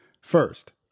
First